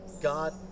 God